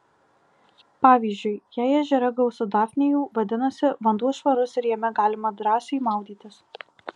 pavyzdžiui jei ežere gausu dafnijų vadinasi vanduo švarus ir jame galima drąsiai maudytis